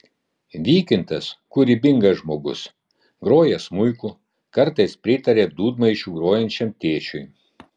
vykintas kūrybingas žmogus groja smuiku kartais pritaria dūdmaišiu grojančiam tėčiui